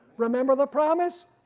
remember the promise,